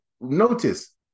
notice